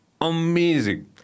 amazing